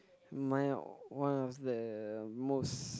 my one of the most